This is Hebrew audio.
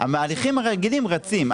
ההליכים הרגילים רצים,